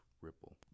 ripple